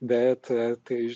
bet tai